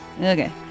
Okay